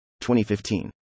2015